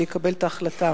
שיקבל את ההחלטה.